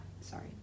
sorry